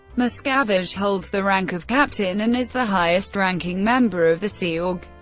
miscavige holds the rank of captain, and is the highest-ranking member of the sea org.